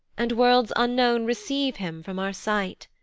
and worlds unknown receive him from our sight.